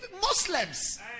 Muslims